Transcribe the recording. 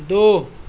دو